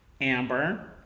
Amber